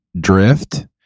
drift